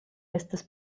estas